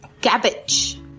cabbage